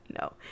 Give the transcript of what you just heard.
No